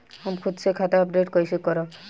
हम खुद से खाता अपडेट कइसे करब?